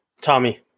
Tommy